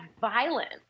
violence